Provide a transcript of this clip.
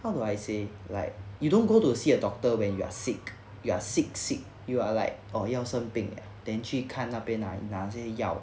how do I say like you don't go to see a doctor when you're sick you're sick sick you are like or 要生病 liao then 去他那边 right 拿些药